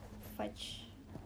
fudge